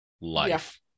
life